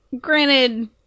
granted